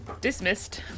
dismissed